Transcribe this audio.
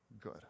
good